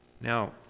Now